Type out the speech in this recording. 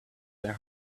their